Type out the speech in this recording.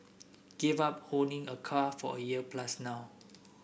gave up owning a car for a year plus now